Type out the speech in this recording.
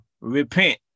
Repent